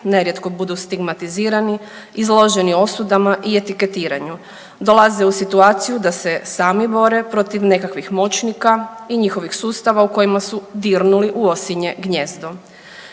nerijetko budu stigmatizirani, izloženi osudama i etiketiranju. Dolaze u situaciju da se sami bore protiv nekakvih moćnika i njihovih sustava u kojima su dirnuli u osinje gnijezdo.